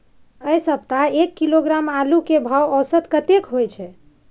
ऐ सप्ताह एक किलोग्राम आलू के भाव औसत कतेक होय छै?